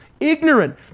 ignorant